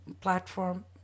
platform